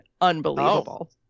unbelievable